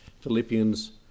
Philippians